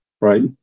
right